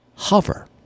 hover